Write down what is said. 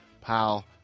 pal